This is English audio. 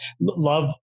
Love